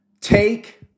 Take